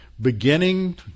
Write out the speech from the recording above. Beginning